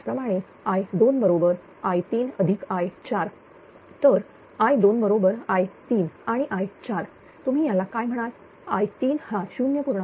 त्याचप्रमाणे I2 बरोबर i3i4 तर I2 बरोबरi3 आणि i4 तुम्ही याला काय म्हणाल I3 हा 0